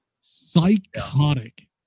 Psychotic